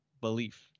belief